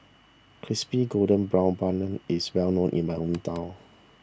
Crispy Golden Brown Bun is well known in my hometown